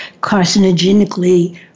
carcinogenically